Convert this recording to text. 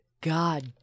god